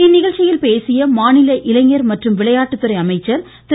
இந்நிகழ்ச்சியில் பேசிய மாநில இளைஞர் மற்றும் விளையாட்டு துறை அமைச்சர் திரு